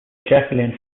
jacqueline